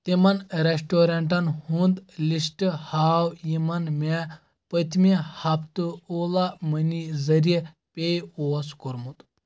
تِمَن رٮ۪سٹورنٛٹَن ہُنٛد لسٹ ہاو یِمَن مےٚ پٔتمہِ ہفتہٕ اولا مٔنی ذٔریعہٕ پے اوس کوٚرمُت